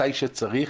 מתי שצריך.